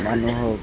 মানুহক